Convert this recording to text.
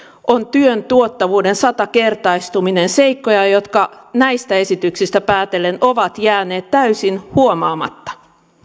on työn tuottavuuden satakertaistuminen seikkoja jotka näistä esityksistä päätellen ovat jääneet täysin huomaamatta